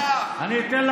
על הבמה.